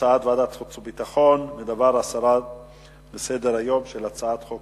הצעת ועדת החוץ והביטחון להסיר מסדר-היום את הצעת חוק